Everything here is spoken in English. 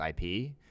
IP